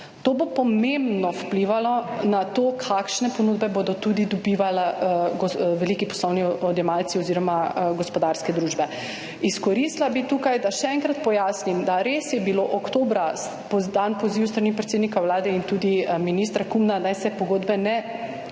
To bo pomembno vplivalo na to kakšne ponudbe bodo tudi dobivali veliki poslovni odjemalci oziroma gospodarske družbe. Izkoristila bi tukaj, da še enkrat pojasnim, da res je bilo oktobra podan poziv s strani predsednika Vlade in tudi ministra Kumra, naj se pogodbe ne podpisujejo